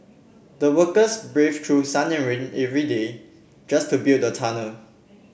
the workers braved through sun and rain every day just to build the tunnel